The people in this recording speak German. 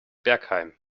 bergheim